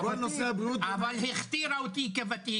כל נושא הבריאות --- אבל היא הכתירה אותי כוותיק,